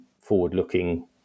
forward-looking